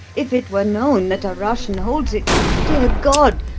if it were known that a russian holds it dear god!